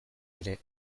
ere